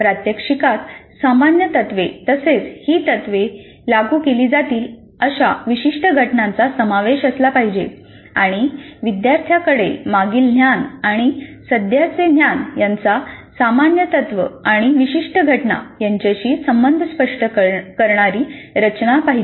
प्रात्यक्षिकात सामान्य तत्त्वे तसेच ही तत्त्वे लागू केली जातील अशा विशिष्ट घटनांचा समावेश असला पाहिजे आणि विद्यार्थ्यांकडे मागील ज्ञान आणि सध्याचे ज्ञान यांचा सामान्य तत्व आणि विशिष्ट घटना यांच्याशी संबंध स्पष्ट करणारी रचना पाहिजे